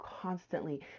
constantly